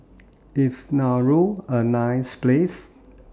IS Nauru A nice Place